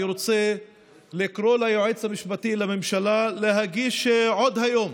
אני רוצה לקרוא ליועץ המשפטי לממשלה להגיש עוד היום